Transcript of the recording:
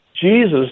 Jesus